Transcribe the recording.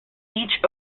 each